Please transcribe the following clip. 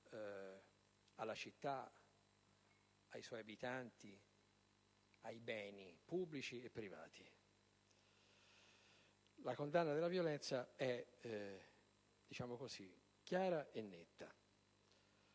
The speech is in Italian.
alla città, ai suoi abitanti e ai beni pubblici e privati. La condanna della violenza è chiara e netta.